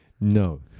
No